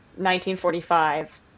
1945